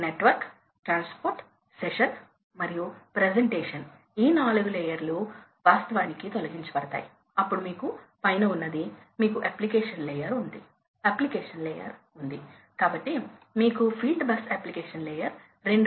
కాబట్టి ఈ 35 35 మరియు 31 గణాంకాలు ఎలా ఉన్నాయో కూడా చూడాలనుకుంటున్నాము లేకపోతే మీరు నన్ను నమ్మకపోవచ్చు కాబట్టి మనం తిరిగి వెళ్దాం